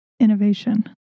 innovation